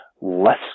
Less